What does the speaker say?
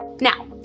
Now